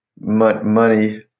money